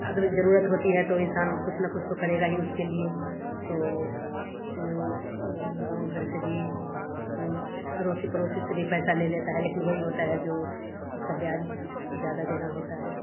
अगर जरुरत होती है तो इंसान कुछ न कुछ तो करेगा ही उसके लिए तो गाँव घर से भी अड़ोसी पड़ोसी से भी पैसा ले लेता है लेकिन वही होता है जो उसका ब्याज ज़्यादा देना होता है